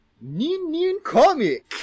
Nin-nin-comic